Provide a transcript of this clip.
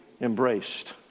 embraced